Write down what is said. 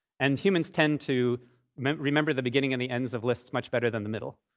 and humans tend to remember the beginning and the ends of lists much better than the middle.